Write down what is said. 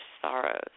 sorrows